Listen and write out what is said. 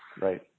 Right